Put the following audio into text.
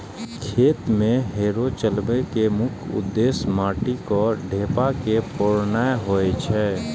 खेत मे हैरो चलबै के मुख्य उद्देश्य माटिक ढेपा के फोड़नाय होइ छै